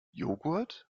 joghurt